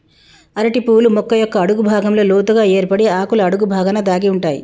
అరటి పువ్వులు మొక్క యొక్క అడుగు భాగంలో లోతుగ ఏర్పడి ఆకుల అడుగు బాగాన దాగి ఉంటాయి